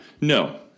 No